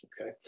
Okay